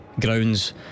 grounds